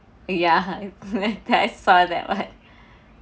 ya then I saw that what